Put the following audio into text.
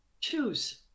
Choose